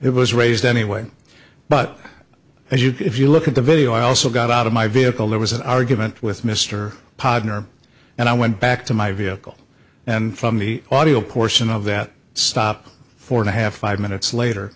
it was raised anyway but as you can if you look at the video i also got out of my vehicle there was an argument with mr pazner and i went back to my vehicle and from the audio portion of that stop for to have five minutes later